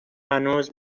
هنوز